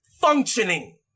functioning